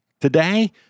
today